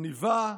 עניבה,